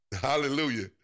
Hallelujah